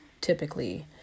typically